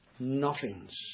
nothings